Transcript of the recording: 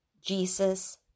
Jesus